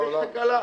יש תקלה.